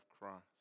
Christ